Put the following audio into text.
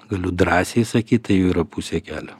galiu drąsiai sakyt tai jau yra pusė kelio